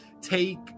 take